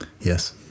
Yes